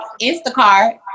Instacart